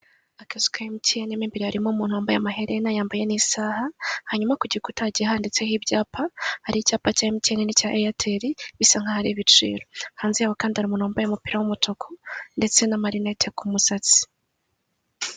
Akazu ka Emutiyeni mo imbere harimo umuntu wambaye amaherena yambaye n'isaha, hanyuma ku gikuta hagiye handitse ho ibyapa, hari icyapa cya Emutiyeni n'icya Eyateri bisa nk'aho ari ibiciro, hanze yaho kandi hari umuntu wambaye umupira w'umutuku ndetse n'amarinete ku musatsi.